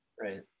right